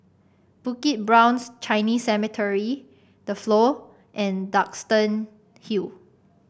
Bukit Brown's Chinese Cemetery The Flow and Duxton Hill